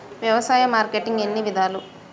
వ్యవసాయ మార్కెటింగ్ ఎన్ని విధాలు?